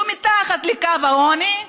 כשהוא מתחת לקו העוני,